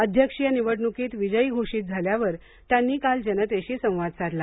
अध्यक्षीय निवडणुकीत विजयी घोषित झाल्यावर त्यांनी काल जनतेशी संवाद साधला